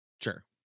Sure